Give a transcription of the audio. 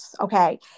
Okay